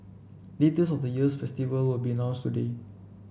details of the year's festival will be announced today